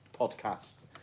podcast